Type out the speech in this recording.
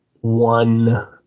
one